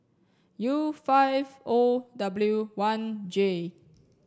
U five O W one J